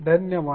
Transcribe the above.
धन्यवाद